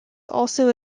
also